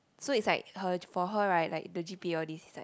so it's like her for her right the g_p_a and all these is like